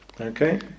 okay